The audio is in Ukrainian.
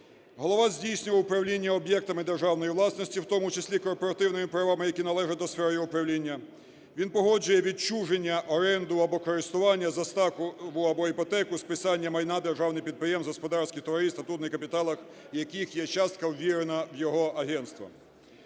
Голова здійснює управління об'єктами державної власності, у тому числі корпоративними правами, які належать до сфери його управління; він погоджує відчуження, оренду або користування, заставу або іпотеку, списання майна державних підприємств, господарських товариств, у статутних капіталах яких є частка ввірена його агентством.